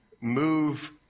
move